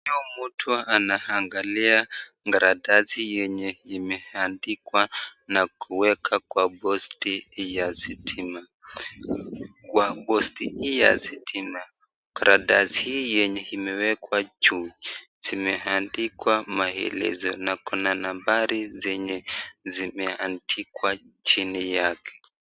Huyu mtu anaangalia karatasi yenye imeandikwa na kuwekwa kwa posti ya stima, kwa posti hii ya stima, karatasi hii yenye imewekwa juu zimeandikwa maelezo na kuna nambari zenye zimeandikwa chini yake.